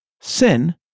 Sin